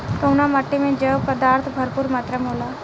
कउना माटी मे जैव पदार्थ भरपूर मात्रा में होला?